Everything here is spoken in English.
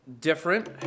different